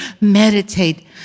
meditate